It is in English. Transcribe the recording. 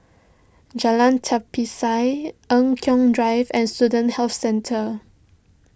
Jalan Tapisan Eng Kong Drive and Student Health Centre